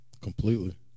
Completely